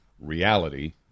reality